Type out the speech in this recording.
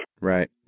Right